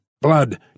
blood